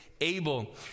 able